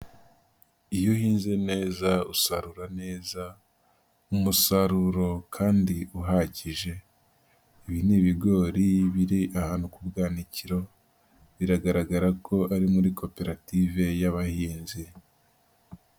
Iyo uhinze neza usarura neza, umusaruro kandi uhagije. Ibi ni ibigori biri ahantu ku bwanikiro, biragaragara ko ari muri koperative y'abahinzi.